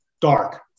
dark